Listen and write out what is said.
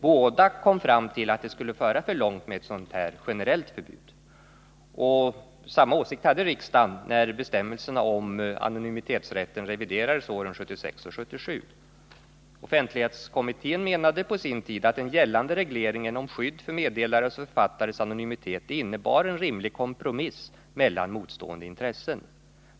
Båda kom fram till att det skulle föra för långt med ett generellt förbud. Samma åsikt hade riksdagen när bestämmelserna om anonymitetsrätten reviderades åren 1976 och 1977. Offentlighetskommittén menade på sin tid att den gällande regleringen om skydd för meddelares och författares anonymitet innebar en rimlig kompromiss mellan motstående intressen.